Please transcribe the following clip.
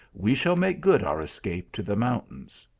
we shall make good our escape to the mountains.